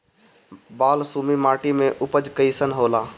बालसुमी माटी मे उपज कईसन होला?